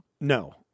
No